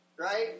right